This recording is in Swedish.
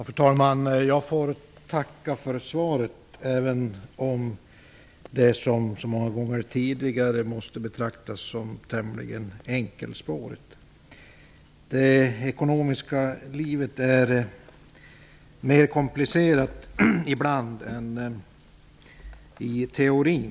Fru talman! Jag tackar för svaret, även om det, som så många gånger tidigare, måste betraktas som tämligen enkelspårigt. Det ekonomiska livet är ibland mer komplicerat i verkligheten än i teorin.